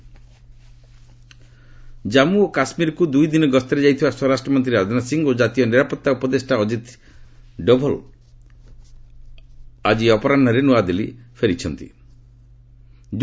ରାଜନାଥ ଜାମ୍ମୁ ଓ କାଶ୍ମୀରକୁ ଦୁଇ ଦିନ ଗସ୍ତରେ ଯାଇଥିବା ସ୍ୱରାଷ୍ଟ୍ରମନ୍ତ୍ରୀ ରାଜନାଥ ସିଂ ଓ କାତୀୟ ନିରାପତ୍ତା ଉପଦେଷ୍ଟା ଅକ୍ରିତ୍ ଡୋଭଲ୍ ଆକି ଅପରାହୁରେ ନ୍ତଆଦିଲ୍ଲୀ ଫେରୁଛନ୍ତି